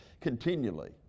continually